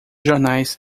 jornais